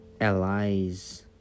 allies